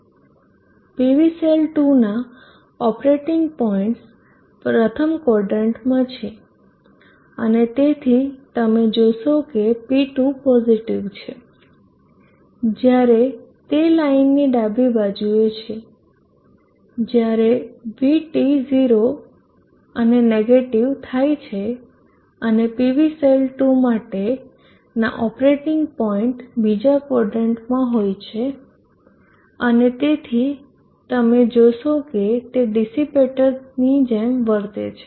PV cell 2નાં operating points પ્રથમ ક્વોદરન્ટમાં છે અને તેથી તમે જોશો કે P2 પોઝીટીવ છે જ્યારે તે લાઈનની ડાબી બાજુ એ છે જ્યારે VT 0 અને નેગેટીવ થાય છે અને PV સેલ 2 માટેના ઓપરેટિંગ પોઇન્ટ બીજા ક્વોદરન્ટમાં હોય છે અને તેથી તમે જોશો કે તે ડિસીપેટરની જેમ વર્તે છે